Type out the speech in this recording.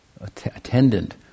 attendant